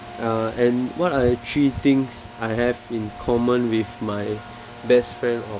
uh and what are three things I have in common with my best friend or